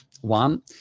One